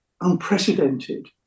unprecedented